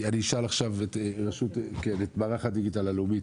אני אשאל עכשיו את מערך הדיגיטל הלאומי,